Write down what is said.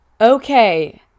Okay